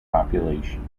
population